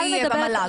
מיכל מדברת,